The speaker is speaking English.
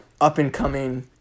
up-and-coming